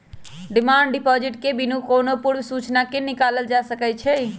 demand deposit के बिनु कोनो पूर्व सूचना के निकालल जा सकइ छै